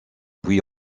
puis